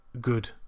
good